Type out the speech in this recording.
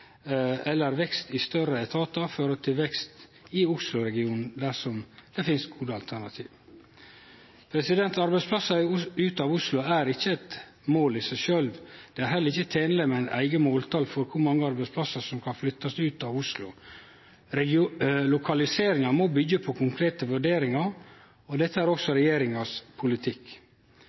eller vekst i større etatar fører til vekst i Osloregionen, dersom det finst gode alternativ. Arbeidsplassar ut av Oslo er ikkje eit mål i seg sjølv. Det er heller ikkje tenleg med eit eige måltal for kor mange arbeidsplassar som kan flyttast ut av Oslo. Lokaliseringa må byggje på konkrete vurderingar, og dette er også regjeringas politikk.